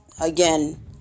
again